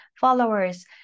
followers